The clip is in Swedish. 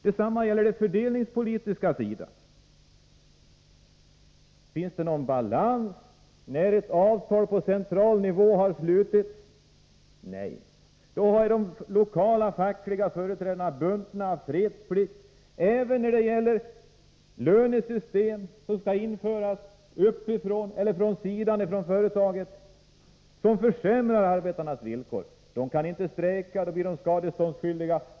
Detsamma gäller den fördelningspolitiska sidan. Finns det någon balans när ett avtal på en central nivå har slutits? Nej! Då är de lokala fackliga företrädarna bundna av fredsplikt, även när företagen skall införa ett lönesystem som försämrar arbetarnas villkor. Arbetarna kan inte strejka, för då blir de skadeståndsskyldiga.